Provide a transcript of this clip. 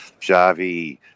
javi